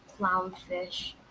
clownfish